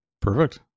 Perfect